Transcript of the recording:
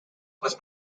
was